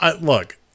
Look